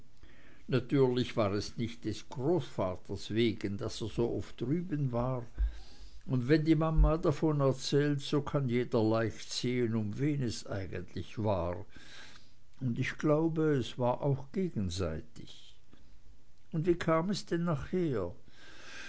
natürlich war es nicht des großvaters wegen daß er so oft drüben war und wenn die mama davon erzählt so kann jeder leicht sehen um wen es eigentlich war und ich glaube es war auch gegenseitig und wie kam es nachher